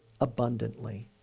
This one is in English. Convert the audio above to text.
abundantly